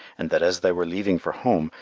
and that as they were leaving for home,